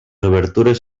obertures